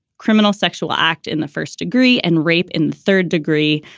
criminal sexual act in the first degree and rape in the third degree.